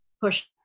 push